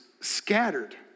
scattered